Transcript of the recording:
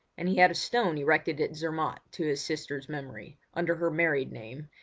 and he had a stone erected at zermatt to his sister's memory, under her married name,